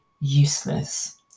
useless